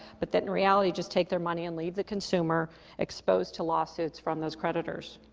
but then in reality just take their money and leave the consumer exposed to lawsuits from those creditors.